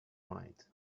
mind